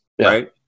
right